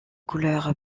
couleur